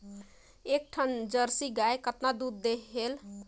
एक ठन जरसी गाय कतका दूध देहेल?